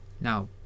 Now